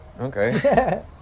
okay